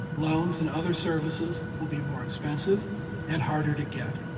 loans and other services will be more expensive and harder to get.